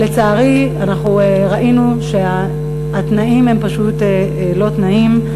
לצערי, ראינו שהתנאים הם לא תנאים,